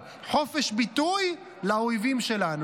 חופש ביטוי לאויבים שלנו,